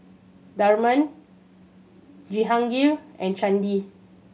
Tharman Jehangirr and Chandi